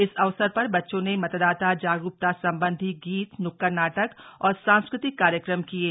इस अवसर पर बच्चों ने मतदाता जागरूकता संबंधित गीत न्क्कड़ नाटक और सांस्कृतिक कार्यक्रम प्रस्त्त किये